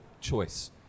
choice